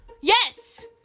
yes